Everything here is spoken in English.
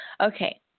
Okay